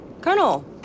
Colonel